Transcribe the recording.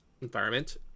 environment